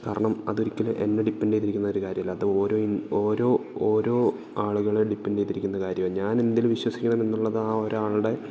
കാരണം അതൊരിക്കലും എന്നെ ഡിപ്പെൻഡ് ചെയ്തിരിക്കുന്ന കാര്യമല്ല അത് ഓരോ ഓരോ ഓരോ ആളുകളെ ഡിപ്പെൻഡ് ചെയ്തിരിക്കുന്ന കാര്യമാണ് ഞാനെന്തില് വിശ്വസിക്കണമെന്നുള്ള അത് ഒരാളുടെ